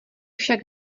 však